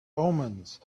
omens